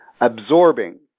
absorbing